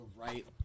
right